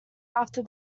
after